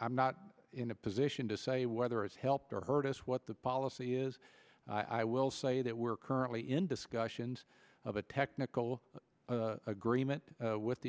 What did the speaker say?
i'm not in a position to say whether it's helped or hurt us what the policy is i will say that we're currently in discussions of a technical agreement with the